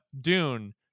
dune